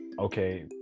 okay